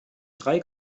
drei